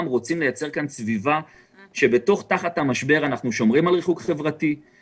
ליצור סביבה שבה שומרים על ריחוק חברתי בזמן המשבר.